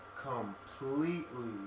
completely